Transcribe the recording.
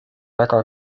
väga